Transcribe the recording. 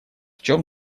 чем